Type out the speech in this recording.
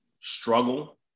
struggle